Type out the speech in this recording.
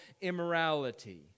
immorality